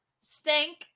stink